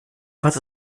was